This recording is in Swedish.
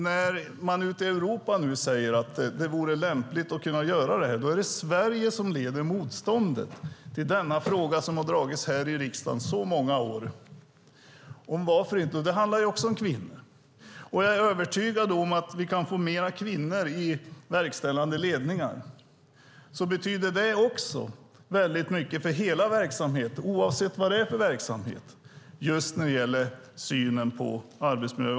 När man ute i Europa säger att det vore lämpligt med kvotering leder Sverige motståndet mot denna fråga som har dragits i riksdagen i så många år. Det handlar också om kvinnor. Kan vi få fler kvinnor i verkställande ledningar skulle det betyda mycket för hela verksamheten, oavsett verksamhet, när det gäller synen på arbetsmiljö.